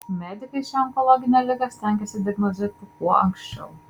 medikai šią onkologinę ligą stengiasi diagnozuoti kuo anksčiau